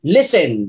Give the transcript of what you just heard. Listen